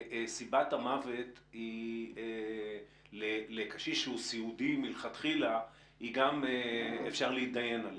סיבת המוות לקשיש שהוא סיעודי מלכתחילה גם אפשר להידיין עליה.